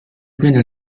viene